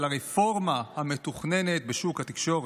על הרפורמה המתוכננת בשוק התקשורת,